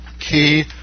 key